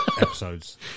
episodes